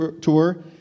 tour